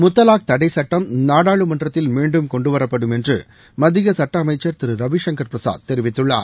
முத்தலாக் தடை சட்டம் நாடாளுமன்றத்தில் மீண்டும் கொண்டு வரப்படும் என்று மத்திய சுட்ட அமைச்சர் திரு ரவிசங்கர் பிரசாத் தெரிவித்துள்ளார்